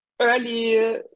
early